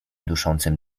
duszącym